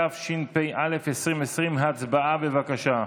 התשפ"א 2020, הצבעה, בבקשה.